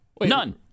none